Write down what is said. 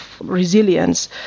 resilience